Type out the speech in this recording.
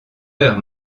heure